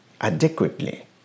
adequately